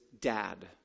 dad